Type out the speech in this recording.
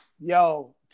Yo